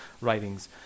writings